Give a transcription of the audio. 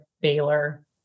Baylor